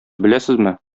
беләсезме